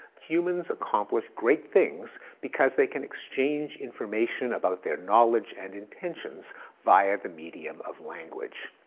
humans accomplish great things because they can exchange information about their knowledge and intentions via the medium of language.